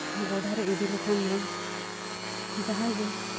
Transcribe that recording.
ᱜᱚᱰᱟᱨᱮ ᱤᱫᱤᱞᱮᱠᱷᱟᱱ ᱫᱚ ᱡᱟᱦᱟᱜᱮ